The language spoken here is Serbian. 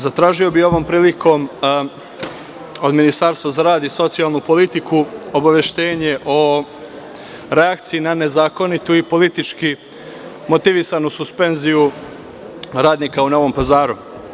Zatražio bih ovom prilikom od Ministarstva za rad i socijalnu politiku obaveštenje o reakciji na nezakonitu i politički motivisanu suspenziju radnika u Novom Pazaru.